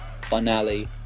finale